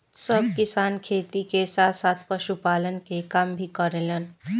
सब किसान खेती के साथ साथ पशुपालन के काम भी करेलन